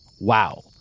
Wow